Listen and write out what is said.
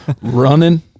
running –